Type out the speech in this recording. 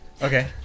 Okay